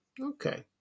Okay